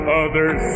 others